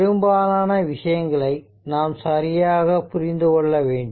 பெரும்பாலான விஷயங்களை நாம் சரியாக புரிந்து கொள்ள வேண்டும்